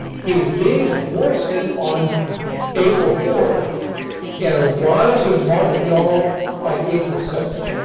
he leaves washington on april four and arrives in montreal by april six.